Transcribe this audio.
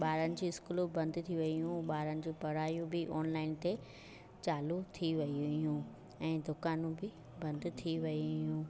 जी स्कूलूं बंदि थी वियूं हुयूं पढ़ाई बि ऑनलाइन ते चालू थी वियूं हुयूं ऐं दुकान बि बंदि थी वियूं